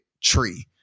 tree